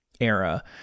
era